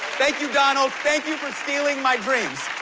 thank you, donald. thank you for stealing my dreams!